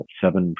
seven